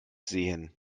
sehen